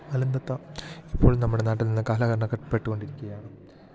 മലന്തത്ത ഇപ്പോൾ നമ്മുടെ നാട്ടിൽ നിന്ന് കാലഹരണക്കപ്പെട്ടുകൊണ്ടിരിക്കുകയാണ്